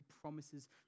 promises